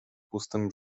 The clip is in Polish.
pustym